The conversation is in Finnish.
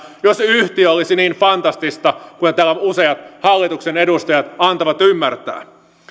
jos yhtiö olisi niin fantastinen kuin täällä useat hallituksen edustajat antavat ymmärtää